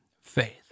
faith